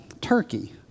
Turkey